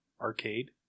arcade